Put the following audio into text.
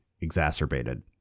exacerbated